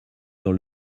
dans